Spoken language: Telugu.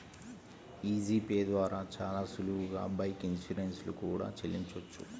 యీ జీ పే ద్వారా చానా సులువుగా బైక్ ఇన్సూరెన్స్ లు కూడా చెల్లించొచ్చు